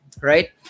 right